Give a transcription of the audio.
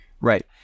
Right